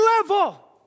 level